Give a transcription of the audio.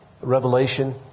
Revelation